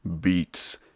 beats